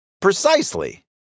Precisely